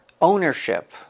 ownership